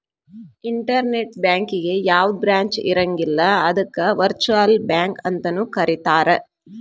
internet ಬ್ಯಾಂಕಿಗೆ ಯಾವ್ದ branch ಇರಂಗಿಲ್ಲ ಅದಕ್ಕ ವರ್ಚುಅಲ್ ಬ್ಯಾಂಕ ಅಂತನು ಕರೇತಾರ